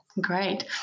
great